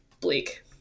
bleak